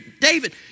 David